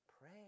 pray